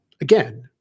again